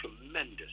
tremendous